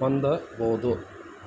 ಹೊಂದಬೋದು